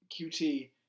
QT